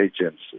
agencies